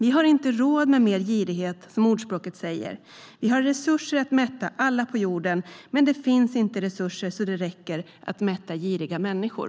Vi har inte råd med mer girighet. Som ordspråket säger: Vi har resurser att mätta alla på jorden, men det finns inte resurser så att det räcker för att mätta giriga människor.